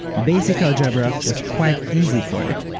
basic algebra was quite easy for it,